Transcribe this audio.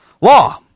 Law